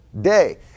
day